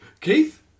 Keith